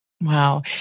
Wow